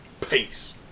peace